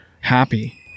happy